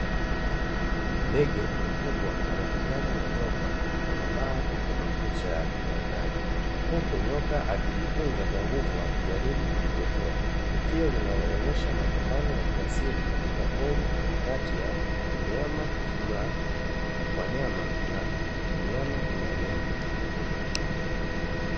Ndege mkubwa anapigana na nyoka kwa mabawa na makucha yake makali huku nyoka akijikunja kwa nguvu akijaribu kujitetea, tukio linaloonyesha mapambano ya kiasili katika pori katika ya mnyama mla wanyama na mnyama mla nyama.